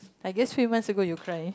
I guess few months ago you cry